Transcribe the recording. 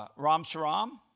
ah ram shriram,